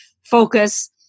focus